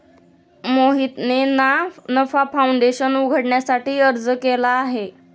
मोहितने ना नफा फाऊंडेशन उघडण्यासाठी अर्ज केला आहे